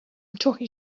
talking